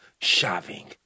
shopping